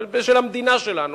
של המדינה שלנו,